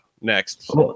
next